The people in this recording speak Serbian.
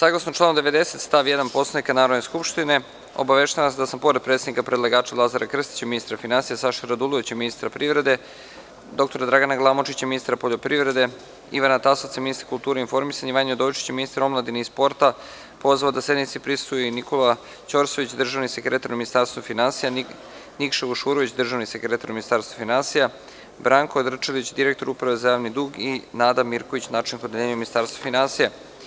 Saglasno članu 90. stav 1. Poslovnika Narodne skupštine, obaveštavam vas da sam, pored predstavnika predlagača, Lazara Krstića, ministra finansija, Saše Radulovića, ministra privrede, prof. dr Dragana Glamočića, ministra poljoprivrede, šumarstva i vodoprivrede, Ivana Tasovca, ministra kulture i informisanja i Vanje Udovičića, ministra omladine i sporta, pozvao da sednici prisustvuju i: Nikola Ćorsović, državni sekretar u Ministarstvu finansija, Nikša Vušurović, državni sekretar u Ministarstvu finansija, Branko Drčelić, direktor Uprave za javni dug i Nada Mirković, načelnik Odeljenja u Ministarstvu finansija.